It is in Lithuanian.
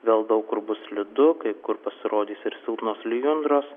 vėl daug kur bus slidu kai kur pasirodys ir silpnos lijundros